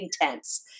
intense